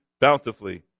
bountifully